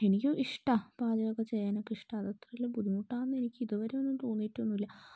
എനിക്ക് ഇഷ്ടമാണ് പാചകമൊക്കെ ചെയ്യാനൊക്കെ ഇഷ്ടമാണ് അത്ര വലിയ ബുദ്ധിമുട്ടാണെന്ന് ഇതുവരെയൊന്നും തോന്നിയിട്ടൊന്നുമില്ല